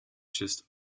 just